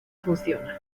funciona